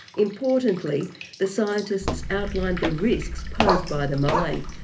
importantly the scientists outlined the risks posed by the mine,